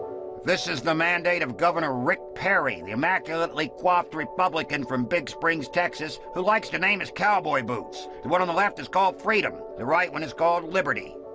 this is the mandate of governor rick perry, the immaculately coiffed republican from big springs, texas, who likes to name his cowboy boots. the one on the left is called freedom. the right one is called liberty.